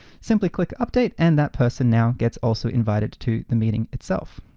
simply click update, and that person now gets also invited to the meeting itself.